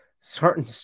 Certain